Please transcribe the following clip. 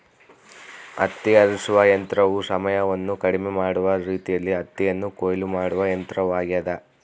ಹತ್ತಿ ಆರಿಸುವ ಯಂತ್ರವು ಸಮಯವನ್ನು ಕಡಿಮೆ ಮಾಡುವ ರೀತಿಯಲ್ಲಿ ಹತ್ತಿಯನ್ನು ಕೊಯ್ಲು ಮಾಡುವ ಯಂತ್ರವಾಗ್ಯದ